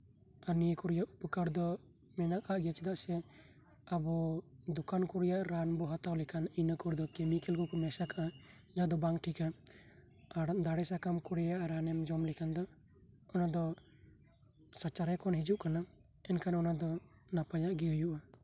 ᱟᱨ ᱱᱤᱭᱟᱹ ᱠᱚᱨᱮᱱᱟᱜ ᱩᱯᱚᱠᱟᱨ ᱫᱚ ᱢᱮᱱᱟᱜᱼᱟ ᱪᱮᱫᱟᱜ ᱥᱮ ᱫᱳᱠᱟᱱ ᱠᱚᱨᱮᱟᱜ ᱨᱟᱱ ᱵᱚᱱ ᱦᱟᱛᱟᱣ ᱞᱮᱠᱷᱟᱱ ᱤᱱᱟᱹ ᱠᱚᱨᱮ ᱫᱚ ᱠᱮᱢᱤᱠᱮᱞ ᱦᱚᱸᱠᱚ ᱢᱮᱥᱟ ᱠᱟᱜᱼᱟ ᱡᱟᱦᱟᱸ ᱫᱚ ᱵᱟᱝ ᱴᱷᱤᱠᱟ ᱟᱨ ᱫᱟᱨᱮ ᱥᱟᱠᱟᱢ ᱠᱚᱨᱮᱱᱟᱜ ᱨᱟᱱ ᱮᱢ ᱡᱚᱢ ᱞᱮᱠᱷᱟᱱ ᱚᱱᱟ ᱫᱚ ᱥᱟᱨᱪᱟ ᱦᱮ ᱠᱷᱚᱱ ᱦᱤᱡᱩᱜ ᱠᱟᱱᱟ ᱢᱮᱱᱠᱷᱟᱱ ᱱᱟᱯᱟᱭᱟᱜ ᱜᱮ ᱦᱳᱭᱳᱜᱼᱟ